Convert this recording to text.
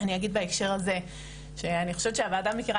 בהקשר הזה אני אגיד שאני חושבת שהוועדה מכירה